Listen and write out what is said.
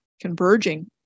converging